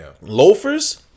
loafers